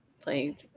playing